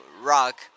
rock